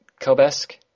Kobesk